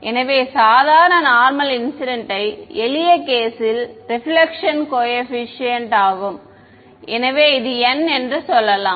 எனவே சாதாரண normal incident எளிய கேஸ் ல் ரெபிலெக்ஷன் கோஏபிசிஎன்ட் n 1 ஆகும் இது n என்று சொல்லலாம்